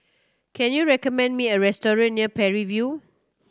can you recommend me a restaurant near Parry View